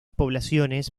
poblaciones